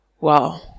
Wow